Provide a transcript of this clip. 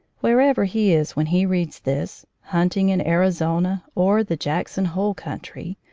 wherever he is when he reads this, hunt ing in arizona or the jackson hole country,